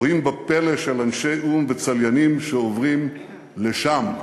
בוהים בפלא של אנשי או"ם וצליינים שעוברים ל"שם".